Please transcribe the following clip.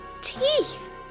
teeth